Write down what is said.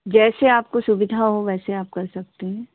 जैसे आपको सुविधा हो वैसे आप कर सकते हैं